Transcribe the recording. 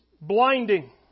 blinding